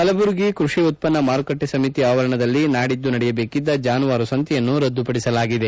ಕಲಬುರಗಿ ಕೃಷಿ ಉತ್ಪನ್ನ ಮಾರುಕಟ್ಟೆ ಸಮಿತಿ ಆವರಣದಲ್ಲಿ ನಾಡಿದ್ದು ನಡೆಯಬೇಕಿದ್ದ ಚಾನುವಾರು ಸಂತೆಯನ್ನು ರದ್ದುಪಡಿಸಲಾಗಿದೆ